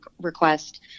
request